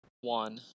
one